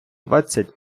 двадцять